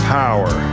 power